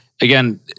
again